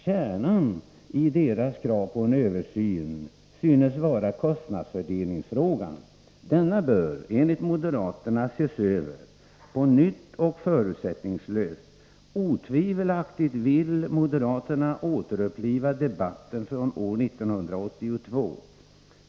Kärnan i deras krav på en översyn synes vara kostnadsfördelningsfrågan. Denna bör, enligt moderaterna, ses över ”på nytt och förutsättningslöst”. Otvivelaktigt vill moderaterna återuppliva debatten från år 1982.